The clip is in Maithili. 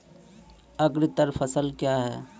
अग्रतर फसल क्या हैं?